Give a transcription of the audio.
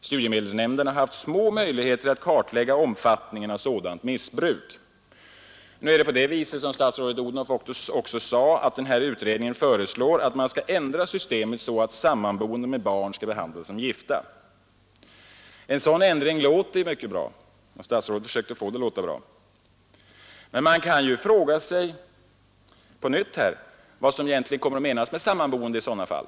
Studiemedelsnämnderna har haft små möjligheter att kartlägga omfattningen av sådant missbruk.” Statsrådet Odhnoff sade, att denna utredning föreslår att man skall ändra systemet så att sammanboende med barn skall behandlas som gifta. En sådan ändring låter mycket bra — och statsrådet försökte få det att låta bra — men man kan ju på nytt fråga sig vad som egentligen kommer att menas med sammanboende i sådana fall.